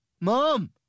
Mom